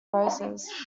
roses